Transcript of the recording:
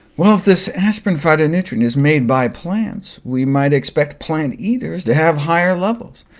well, if this aspirin phytonutrient is made by plants, we might expect plant-eaters to have higher levels,